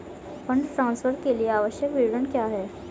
Fund transfer के लिए आवश्यक विवरण क्या हैं?